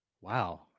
wow